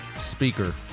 speaker